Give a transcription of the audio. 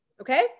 okay